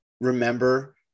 remember